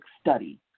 study